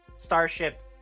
starship